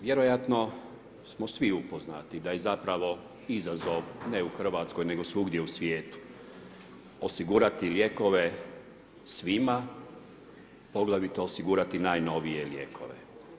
Vjerojatno smo svi upoznati da je zapravo izazov ne Hrvatskoj nego svugdje u svijetu osigurati lijekove svima poglavito osigurati najnovije lijekove.